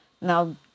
Now